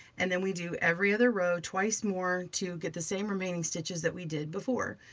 and then we do every other row twice more to get the same remaining stitches that we did before.